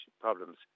problems